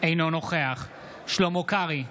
אינו נוכח שלמה קרעי,